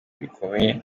bikomeye